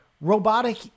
Robotic